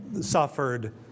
suffered